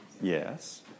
Yes